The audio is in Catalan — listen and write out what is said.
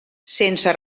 sense